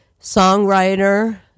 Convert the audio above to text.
songwriter